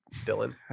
Dylan